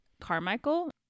Carmichael